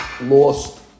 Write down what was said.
lost